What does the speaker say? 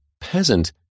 peasant